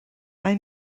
mae